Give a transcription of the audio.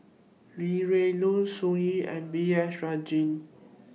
Li Rulin Sun Yee and B S Rajhans